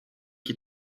qui